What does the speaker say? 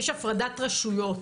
יש הפרדת רשויות,